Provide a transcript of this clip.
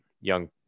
young